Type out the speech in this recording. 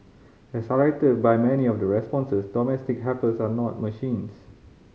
as highlighted by many of the responses domestic helpers are not machines